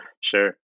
sure